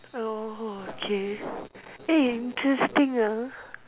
uh okay eh interesting lah